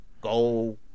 go